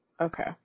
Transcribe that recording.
Okay